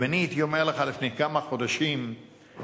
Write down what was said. אם אני הייתי אומר לך לפני כמה חודשים שהתוצאות